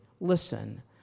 Listen